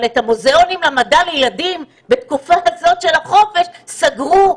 אבל את המוזיאונים למדע לילדים בתקופה הזאת של החופש סגרו,